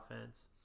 offense